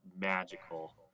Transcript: magical